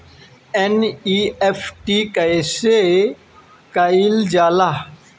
NEFT कइसे कइल जाला?